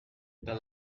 the